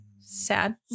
sad